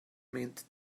mint